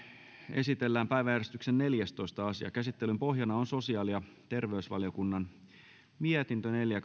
esitellään päiväjärjestyksen neljästoista asia käsittelyn pohjana on sosiaali ja terveysvaliokunnan mietintö neljä